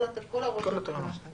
כל ההוראות חלות שם.